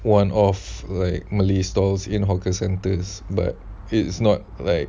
one of like malay stalls in hawker centres but it's not like